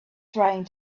trying